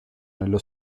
nello